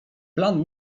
plan